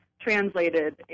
translated